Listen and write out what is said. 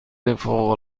فوق